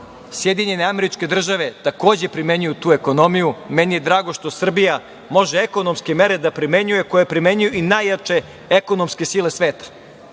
Sjedinjene Američke Države takođe primenjuju tu ekonomiju. Meni je drago što Srbija može ekonomske mere da primenjuje koje primenjuju i najjače ekonomske sile sveta.